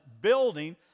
building